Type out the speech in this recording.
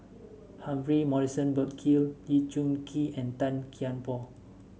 Humphrey Morrison Burkill Lee Choon Kee and Tan Kian Por